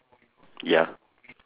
ya